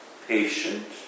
patient